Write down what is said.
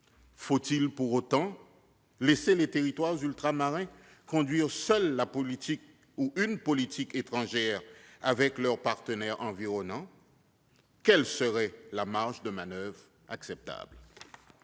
Faut-il pour autant laisser les territoires ultramarins conduire seuls une politique étrangère avec leurs partenaires environnants ? Quelle serait la marge de manoeuvre acceptable ?